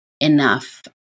enough